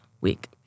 week